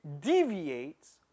deviates